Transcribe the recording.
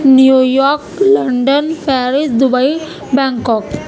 new York London Paris Dubai Bangkok